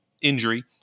injury